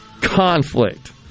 conflict